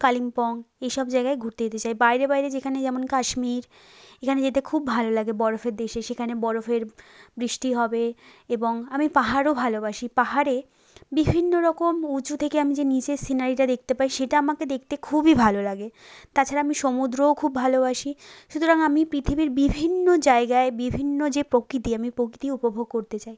কালিম্পং এই সব জায়গায় ঘুরতে যেতে চাই বাইরে বাইরে যেখানে যেমন কাশ্মীর এখানে যেতে খুব ভালো লাগে বরফের দেশে সেখানে বরফের বৃষ্টি হবে এবং আমি পাহাড়ও ভালোবাসি পাহাড়ে বিভিন্ন রকম উঁচু থেকে আমি যে নিচের সিনারিটা দেখতে পাই সেটা আমাকে দেখতে খুবই ভালো লাগে তাছাড়া আমি সমুদ্রও খুব ভালোবাসি সুতরাং আমি পৃথিবীর বিভিন্ন জায়গায় বিভিন্ন যে প্রকৃতি আমি প্রকৃতি উপভোগ করতে চাই